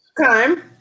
time